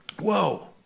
Whoa